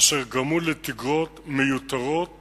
אשר גרמו לתגרות מיותרות